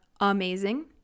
amazing